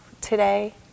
today